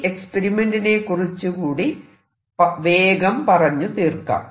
ഈ എക്സ്പെരിമെന്റിനെക്കുറിച്ച് കൂടി വേഗം പറഞ്ഞു തീർക്കാം